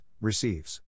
receives